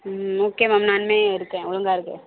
ம் okay ma'am நான் இனிமேல் இருக்கேன் ஒழுங்காக இருக்கேன்